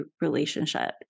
relationship